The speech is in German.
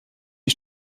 die